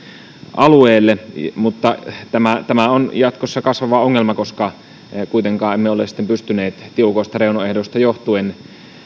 alueelle mutta tämä tämä on jatkossa kasvava ongelma koska kuitenkaan emme ole sitten pystyneet tiukoista reunaehdoista johtuen